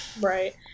right